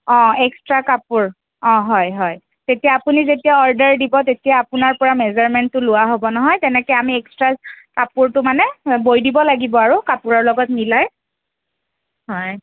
অঁ এক্সট্ৰা কাপোৰ অঁ হয় হয় তেতিয়া আপুনি যেতিয়া অৰ্ডাৰ দিব তেতিয়া আপোনাৰপৰা মেজাৰমেণ্টটো লোৱা হ'ব নহয় তেনেকৈ আমি এক্সট্ৰা কাপোৰটো মানে বৈ দিব লাগিব আৰু কাপোৰৰ লগত মিলাই হয়